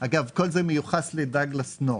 אגב כל זה מיוחס לדאגלס נורת',